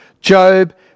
Job